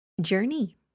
journey